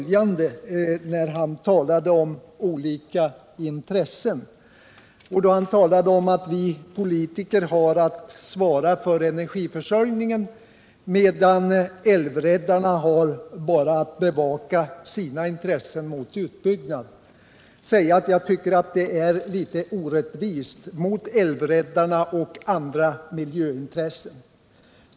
Jag tycker det är litet orättvist mot älvräddarna och andra miljöintressen.